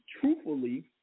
truthfully